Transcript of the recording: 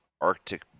Arctic